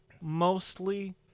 mostly